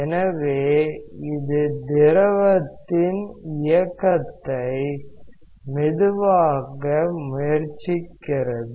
எனவே இது திரவத்தின் இயக்கத்தை மெதுவாக்க முயற்சிக்கிறது